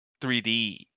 3D